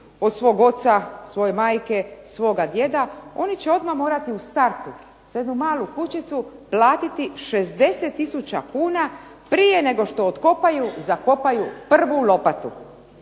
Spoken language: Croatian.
od svog oca, svoje majke, svoga djeda, oni će odmah morati u startu za jednu malu kućicu platiti 60 tisuća kuna prije nego što otkopaju, zakopaju prvu lopatu.